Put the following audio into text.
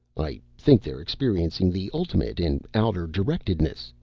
i think they're experiencing the ultimate in outer-directedness,